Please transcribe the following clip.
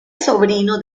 sobrino